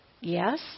yes